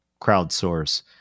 Crowdsource